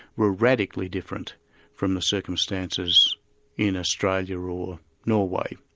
were radically different from the circumstances in australia or ah norway.